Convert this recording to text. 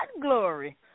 glory